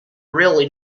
really